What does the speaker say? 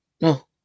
No